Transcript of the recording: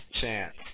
chance